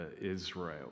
Israel